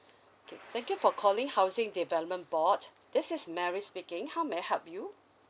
okay thank you for calling housing development board this is mary speaking how may I help you